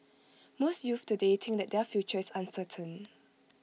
most youths today think that their future is uncertain